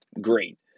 great